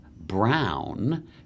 Brown